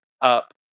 up